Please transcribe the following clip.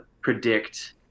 predict